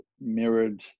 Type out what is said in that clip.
mirrored